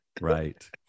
Right